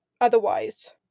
otherwise